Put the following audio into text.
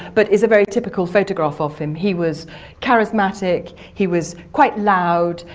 but it's a very typical photograph of him. he was charismatic, he was quite loud,